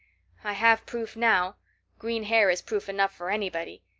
i have proof now green hair is proof enough for anybody.